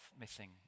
missing